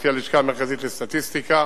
שלפי הלשכה המרכזית לסטטיסטיקה